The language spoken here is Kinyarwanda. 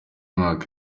mwaka